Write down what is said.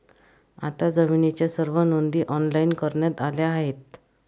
आता जमिनीच्या सर्व नोंदी ऑनलाइन करण्यात आल्या आहेत